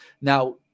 Now